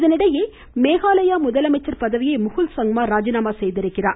இதனிடையே மேகாலயா முதலமைச்சர் பதவியை முகுல் சங்மா ராஜினாமா செய்திருக்கிறார்